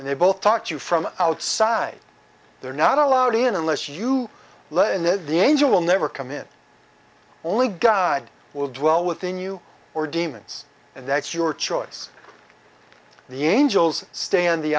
and they both talk to you from outside they're not allowed in unless you lead the angel will never come in only god will do well within you or demons and that's your choice the angels stay on the